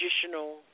traditional